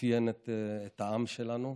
שמאפיין את העם שלנו.